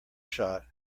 shot